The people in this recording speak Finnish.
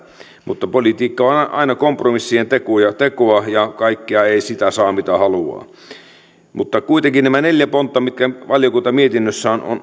mutta politiikka on aina kompromissien tekoa ja tekoa ja kaikkea ei saa mitä haluaa kuitenkin nämä neljä pontta mitkä valiokunta mietinnössään